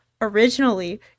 originally